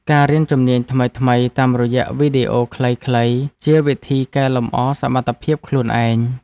ការរៀនជំនាញថ្មីៗតាមរយៈវីដេអូខ្លីៗ ជាវិធីកែលម្អសមត្ថភាពខ្លួនឯង។